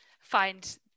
find